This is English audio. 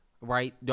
Right